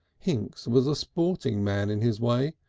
hinks was a sporting man in his way,